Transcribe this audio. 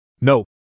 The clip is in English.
No